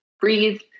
breathe